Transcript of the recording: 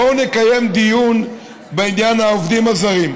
בואו נקיים דיון בעניין העובדים הזרים.